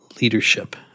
leadership